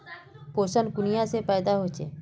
पोषण कुनियाँ से पैदा होचे?